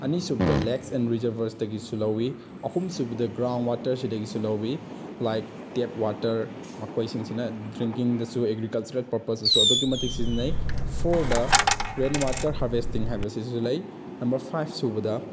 ꯑꯅꯤ ꯁꯨꯕꯗ lakes and ꯔꯤꯖꯔꯕꯔꯇꯒꯤꯁꯨ ꯂꯧꯏ ꯑꯍꯨꯝꯁꯨꯕꯗ ꯒ꯭ꯔꯥꯎꯟ ꯋꯥꯇꯔꯁꯤꯗꯒꯤꯁꯨ ꯂꯧꯏ ꯂꯥꯏꯛ ꯇꯦꯞ ꯋꯥꯇꯔ ꯃꯈꯣꯏꯁꯤꯡꯁꯤꯅ ꯗ꯭ꯔꯤꯡꯀꯤꯡꯗꯁꯨ ꯑꯦꯒ꯭ꯔꯤꯀꯜꯆꯔꯦꯜ ꯄꯔꯄꯁꯇꯁꯨ ꯑꯗꯨꯛꯀꯤ ꯃꯇꯤꯛ ꯁꯤꯖꯤꯟꯅꯩ ꯐꯣꯔꯗ ꯇꯦꯟ ꯋꯥꯇꯔ ꯍꯥꯔꯕꯦꯁꯇꯤꯡ ꯍꯥꯏꯕꯁꯤꯁꯨ ꯂꯩ ꯅꯝꯕꯔ ꯐꯥꯏꯞ ꯁꯨꯕꯗ